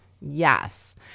Yes